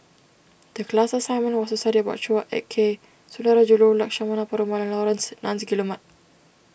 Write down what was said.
the class assignment was to study about Chua Ek Kay Sundarajulu Lakshmana Perumal and Laurence Nunns Guillemard